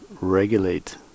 regulate